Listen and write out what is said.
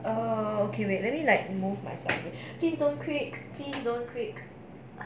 err okay wait let me like move myself please don't creek please don't creek